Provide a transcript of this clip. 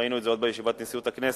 ראינו את זה עוד בישיבת נשיאות הכנסת,